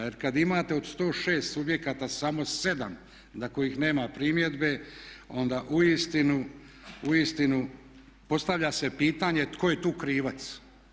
Jer kad imate od 106 subjekata samo 7 na kojih nema primjedbe onda uistinu postavlja se pitanje tko je tu krivac?